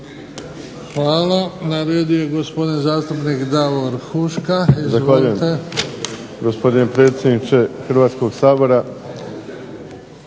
Hvala. Na redu je gospodin zastupnik Davor Huška,